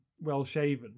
well-shaven